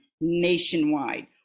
nationwide